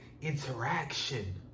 interaction